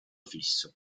fisso